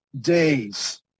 days